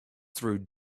through